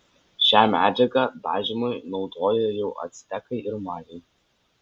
šią medžiagą dažymui naudojo jau actekai ir majai